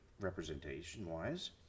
representation-wise